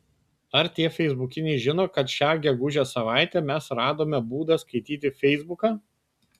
ar tie feisbukiniai žino kad šią gegužės savaitę mes radome būdą skaityti feisbuką